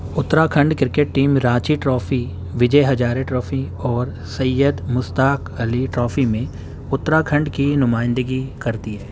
Uttarakhand cricket team Ranchi trophy Vijay Hazare trophy اور Syed Mushtaq Ali trophy میں اتراکھنڈ کی نمائندگی کرتی ہے